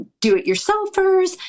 do-it-yourselfers